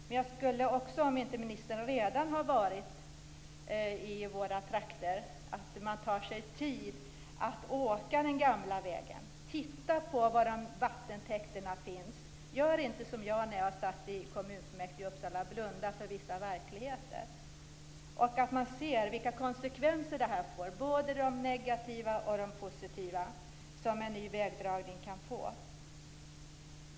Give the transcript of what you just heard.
Men jag skulle också, om inte ministern redan har varit i våra trakter, vilja att han tar sig tid att åka den gamla vägen och ser var vattentäkterna finns. Gör inte som jag gjorde när jag satt i kommunfullmäktige i Uppsala; jag blundade för vissa verkligheter. Man skall se vilka konsekvenser, både negativa och positiva, som en ny vägdragning kan få.